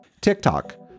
TikTok